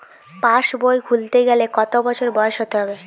পাশবই খুলতে গেলে কত বছর বয়স হতে হবে?